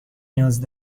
نیاز